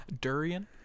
durian